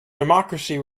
democracy